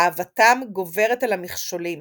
אהבתם גוברת על המכשולים